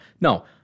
No